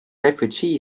refugee